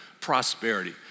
prosperity